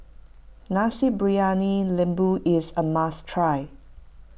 Nasi Briyani Lembu is a must try